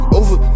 over